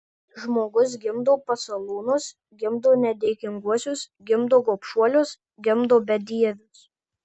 žmogus gimdo pasalūnus gimdo nedėkinguosius gimdo gobšuolius gimdo bedievius